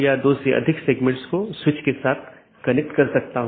BGP के साथ ये चार प्रकार के पैकेट हैं